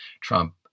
Trump